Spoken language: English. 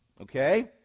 okay